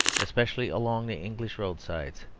especially along the english roadsides,